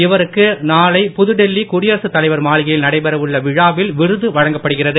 இவருக்கு நாளை புதுடெல்லி குடியரசு தலைவர் மாளிகையில் நடைபெற உள்ள விழாவில் விருது வழங்கப்படுகிறது